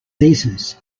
thesis